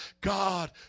God